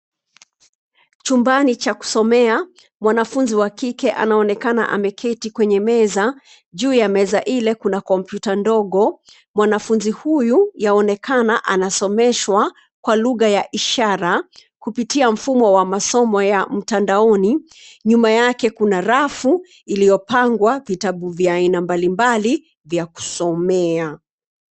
Chumbani cha kusomea mwanafunzi wa kike anaonekana ameketi kwenye meza, juu ya meza ile kuna komputa ndogo. Mwanafunzi huyu yaonekana anasomeshwa kwa lugha ya ishara kupitia mfumo wa masomo ya mtandaoni. Nyuma yake kuna rafu iliyo pangwa vitabu vya aina mbali mbali vya kusomea.